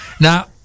Now